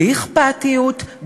בלי אכפתיות,